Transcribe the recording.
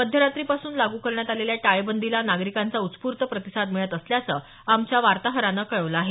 मध्यरात्री पासून लागू करण्यात आलेल्या टाळेबंदीला नागरिकांचा उत्स्फूत प्रतिसाद मिळत असल्याचं आमच्या वातोहरानं कळवलं आहे